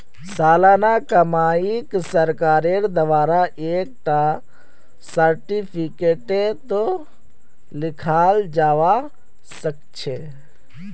सालाना कमाईक सरकारेर द्वारा एक टा सार्टिफिकेटतों लिखाल जावा सखछे